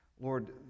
Lord